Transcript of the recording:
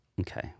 Okay